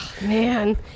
man